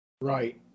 Right